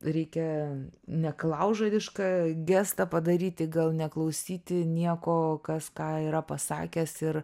reikia neklaužadišką gestą padaryti gal neklausyti nieko kas ką yra pasakęs ir